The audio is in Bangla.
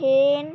সেন